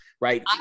right